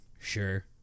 Sure